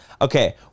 okay